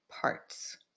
parts